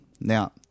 Now